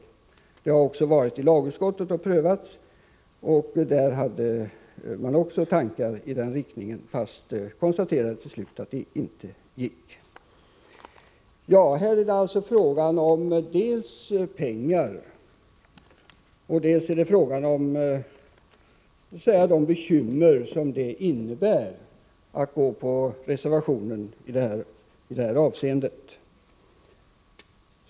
Det hela har också prövats i lagutskottet, där man också konstaterade att det inte gick att följa det förslaget. Här är det alltså fråga om dels pengar, dels de bekymmer som det innebär om riksdagen bifaller utskottsmajoritetens hemställan i detta avseende.